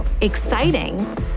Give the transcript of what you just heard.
exciting